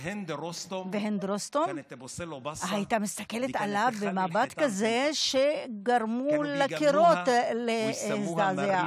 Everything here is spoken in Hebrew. והינד רוסתום הייתה מסתכלת עליו במבט כזה שגרם לקירות להזדעזע.